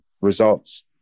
results